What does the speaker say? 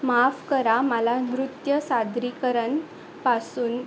माफ करा मला नृत्य सादरीकरण पासून